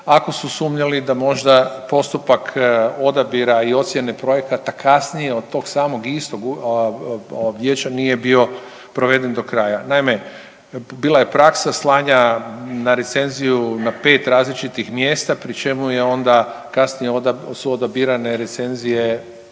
ako su sumnjali da možda postupak odabira i ocjene projekata kasnije od tog samog istog vijeća nije bio proveden do kraja. Naime, bila je praksa slanja na recenziju na pet različnih mjesta pri čemu je onda kasnije su odabirane recenzije